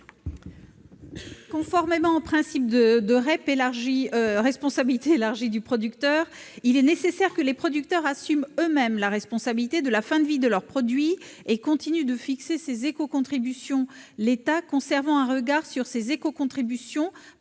Conformément au principe de responsabilité élargie du producteur, il est nécessaire que les producteurs assument eux-mêmes la responsabilité de la fin de vie de leurs produits et continuent de fixer ces éco-contributions, l'État conservant un regard sur ces éco-contributions